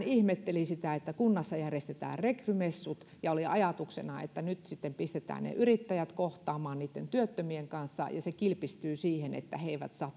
ihmetteli sitä että kun kunnassa järjestetään rekrymessut ja oli ajatuksena että nyt sitten pistetään yrittäjät kohtaamaan työttömien kanssa niin se kilpistyy siihen että he eivät saa